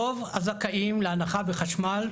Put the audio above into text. רוב הזכאים להנחה בחשמל,